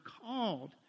called